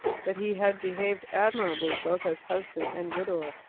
that he had behaved admirably, both as husband and widower.